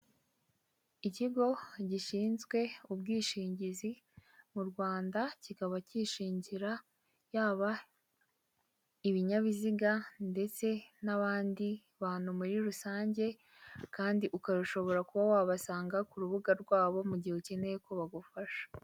Ikigo gishinzwe ubwishingizi mu Rwanda kikaba cyishingira yaba, ibinyabiziga ndetse n'abandi bantu muri rusange, kandi ukarushobora kuba wabasanga ku rubuga rwabo mu gihe ukeneye ko bagufasha.